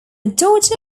daughter